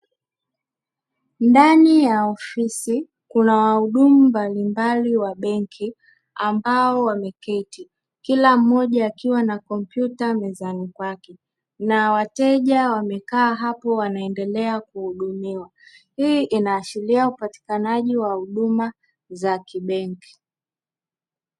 Ndani ya ofisi kuna wahudumu mbalimbali wa benki ambao wameketi, kila mmoja akiwa na kompyuta mezani kwake. Na wateja wamekaa hapo wanaendelea kuhudumiwa. Hii inaashiria upatikanaji wa huduma za kibenki.